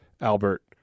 Albert